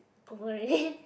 over already